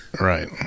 Right